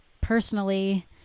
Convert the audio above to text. personally